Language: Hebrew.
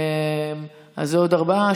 אז זה עוד ארבעה.